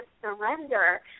surrender